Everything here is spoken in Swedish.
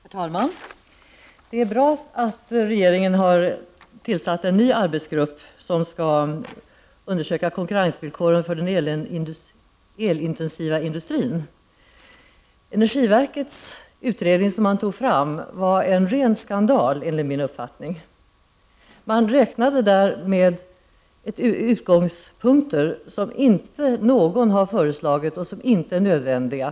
Herr talman! Det är bra att regeringen har tillsatt en ny arbetsgrupp som skall undersöka konkurrensvillkoren för den elintensiva industrin. Den utredning som energiverket tog fram var enligt min uppfattning en ren skandal. Man utgick från sådant som inte någon har föreslagit och som inte är nödvändigt.